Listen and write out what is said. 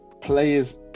players